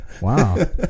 wow